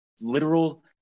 literal